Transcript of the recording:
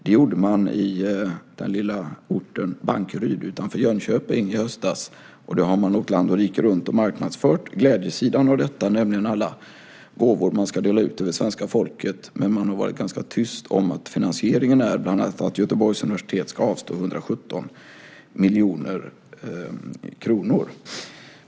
Det beslutade man i den lilla orten Bankeryd utanför Jönköping i höstas. Man har åkt land och rike runt och marknadsfört glädjesidan av detta, nämligen alla gåvor som man ska dela ut till svenska folket. Man har varit ganska tyst om att finansieringen bland annat är att Göteborgs universitet ska avstå 117 miljoner kronor.